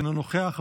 אינו נוכח,